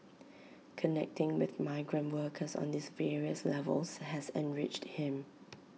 connecting with migrant workers on these various levels has enriched him